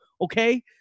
okay